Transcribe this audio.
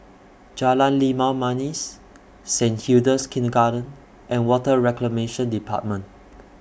Jalan Limau Manis Saint Hilda's Kindergarten and Water Reclamation department